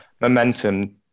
momentum